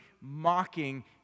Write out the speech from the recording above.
mocking